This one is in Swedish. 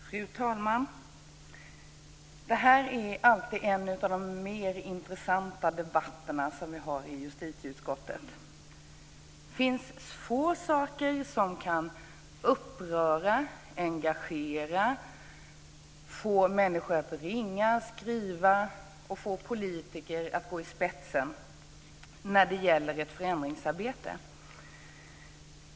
Fru talman! Den här debatten är alltid en av de intressantare debatterna i justitieutskottet. Få saker kan som detta uppröra, engagera, få människor att ringa och skriva samt få politiker att gå i spetsen när det gäller förändringsarbete.